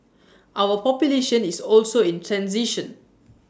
our population is also in transition